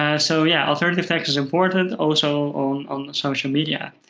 ah so yeah, alternative text is important also on on social media.